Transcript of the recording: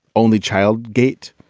only child gate